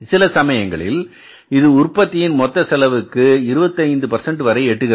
சில சமயங்களில் இது உற்பத்தியின் மொத்த செலவுக்கு 25 வரை எட்டுகிறது